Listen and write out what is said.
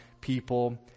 people